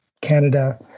Canada